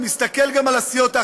אני מסתכל גם על הסיעות האחרות.